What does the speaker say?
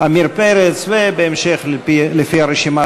עמיר פרץ, ובהמשך, לפי הרשימה.